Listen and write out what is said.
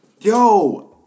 Yo